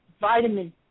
vitamin